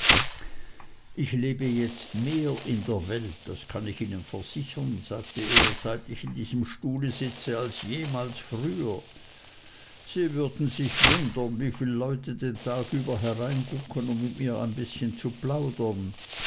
ich lebe jetzt mehr in der welt das kann ich ihnen versichern sagte er seit ich in diesem stuhle sitze als jemals früher sie würden sich wundern wieviel leute den tag über hereingucken um mit mir ein bißchen zu plaudern